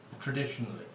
Traditionally